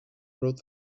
wrote